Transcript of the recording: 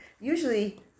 usually